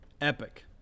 epic